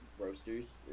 Roasters